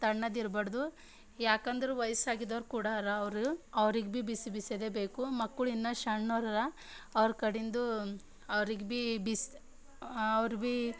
ತಣ್ಣದಿರ್ಬಾರ್ದು ಯಾಕಂದ್ರೆ ವಯಸ್ಸಾಗಿದ್ದವ್ರು ಕೂಡ ಅರ ಅವರು ಅವ್ರಿಗೆ ಭೀ ಬಿಸಿ ಬಿಸಿದ್ದೇ ಬೇಕು ಮಕ್ಕಳು ಇನ್ನೂ ಸಣ್ಣವ್ರು ಅರ ಅವ್ರ ಕಡಿಂದು ಅವ್ರಿಗೆ ಭೀ ಬಿಸಿ ಅವ್ರು ಭೀ